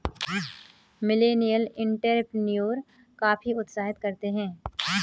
millennial entrepreneur काफी उत्साहित रहते हैं